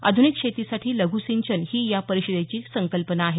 आध्निक शेतीसाठी लघ् सिंचन ही या परिषदेची संकल्पना आहे